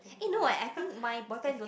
scared